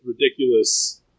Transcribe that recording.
ridiculous